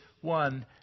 one